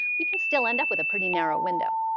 we can still end up with a pretty narrow window.